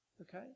Okay